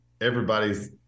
everybody's